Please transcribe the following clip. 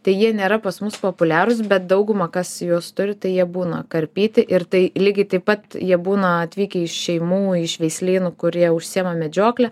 tai jie nėra pas mus populiarūs bet dauguma kas juos turi tai jie būna karpyti ir tai lygiai taip pat jie būna atvykę iš šeimų iš veislynų kurie užsiima medžiokle